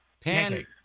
Pancake